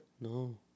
no